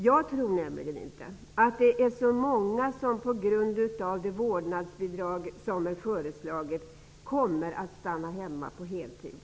Jag tror nämligen inte att det är så många som tack vare det nu föreslagna vårdnadsbidraget kommer att stanna hemma på heltid.